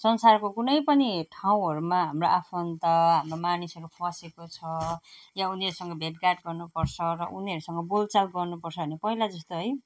संसारको कुनै पनि ठाउँहरूमा हाम्रो आफन्त हाम्रो मानिसहरू फँसेको छ वा उनीहरूसँग भेटघाट गर्नु पर्छ र उनीहरूसँग बोलचाल गर्नु पर्छ भने पहिला जस्तो है